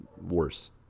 worse